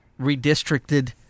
redistricted